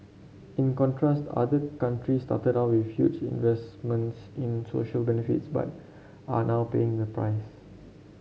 in contrast other countries started out with huge investments in social benefits but are now paying the price